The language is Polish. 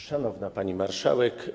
Szanowna Pani Marszałek!